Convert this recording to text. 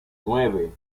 nueve